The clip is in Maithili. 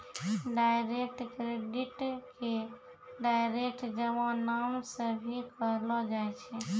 डायरेक्ट क्रेडिट के डायरेक्ट जमा नाम से भी कहलो जाय छै